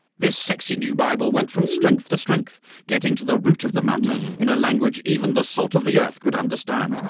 this sexy new bible went from strength to strength getting to the root of the matter in a language even the salt of the earth could understand.